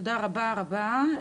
תודה רבה-רבה.